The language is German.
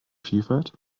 vielfalt